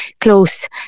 close